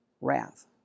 wrath